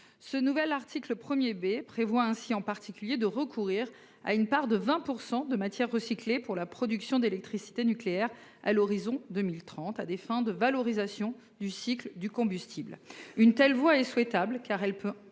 B nouveau prévoit en particulier de recourir à une part de 20 % de matières recyclées dans la production d'électricité nucléaire à l'horizon 2030, à des fins de valorisation du cycle du combustible. Une telle voie est souhaitable, car elle peut